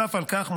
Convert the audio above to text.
נוסף על כך,